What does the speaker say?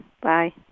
Bye